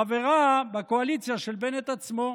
חברה בקואליציה של בנט עצמו?